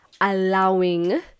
allowing